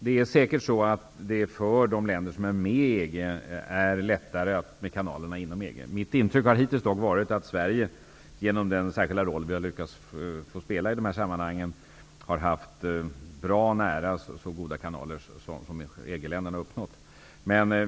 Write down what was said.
Det är säkert för de länder som är med i EG lättare att utnyttja kanalerna inom EG. Mitt intryck har hittills dock varit att Sverige genom den särskilda roll som vi lyckats få spela i dessa sammanhang har haft bra och nära nog lika goda kanaler som de som EG-länderna har skapat.